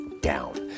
down